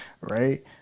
Right